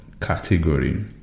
category